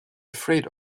afraid